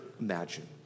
imagine